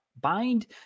bind